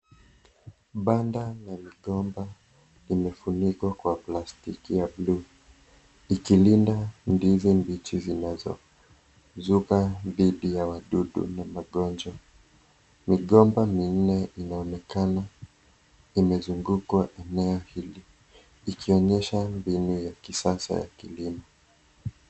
Banda la migomba limefunikwa kwa plastiki ya buluu ikilinda ndizi mbichi zinazozuka dhidhi ya wadudu na magonjwa ,migomba minne inaonekana imezunguka eneo hili ikionyesha mbinu ya kisasa ya ukulima.